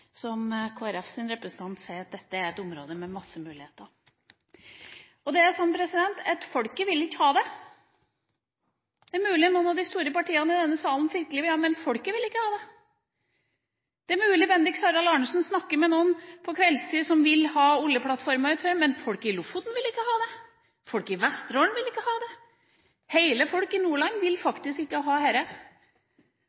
som Kristelig Folkepartis representant sier, at dette er et område med masse muligheter. Det er slik at folket vil ikke ha oljeaktivitet. Det er mulig noen av de store partiene i denne salen fryktelig gjerne vil, men folket vil ikke ha det. Det er mulig Bendiks Harald Arnesen snakker med noen på kveldstid som vil ha oljeplattformer, men folket i Lofoten vil ikke ha det. Folket i Vesterålen vil ikke ha det. Folket i hele Nordland vil